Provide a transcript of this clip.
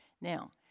Now